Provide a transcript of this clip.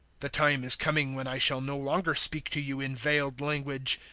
the time is coming when i shall no longer speak to you in veiled language,